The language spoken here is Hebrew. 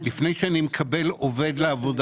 לפני שאני מקבל עובד לעבודה.